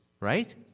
right